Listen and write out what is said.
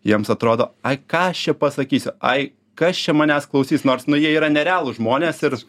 jiems atrodo ai ką aš čia pasakysiu ai kas čia manęs klausys nors nu jie yra nerealūs žmonės ir